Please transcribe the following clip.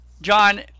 John